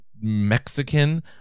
mexican